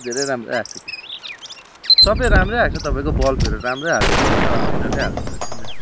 धेरै राम्रो आएछ त्यो सबै राम्रै आएछ तपाईँको बल्बहरू राम्रै हालिदिनु भएछ अर्जिनलै हालिदिनु भएछ नि त